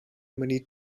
many